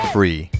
Free